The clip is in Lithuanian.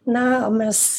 na o mes